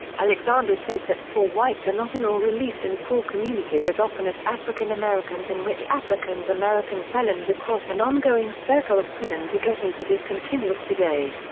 alexander says that poor whites are not in or released in poor communities as often as african americans in which africans american felons across an ongoing circle of prison to ghetto that is continuous today.